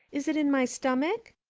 is it in my stomach?